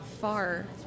far